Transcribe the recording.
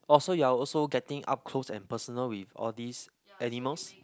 oh so you are also getting up close and personal with all these animals